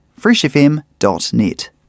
freshfm.net